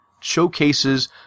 showcases